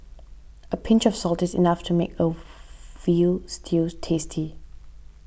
a pinch of salt is enough to make a Veal Stew tasty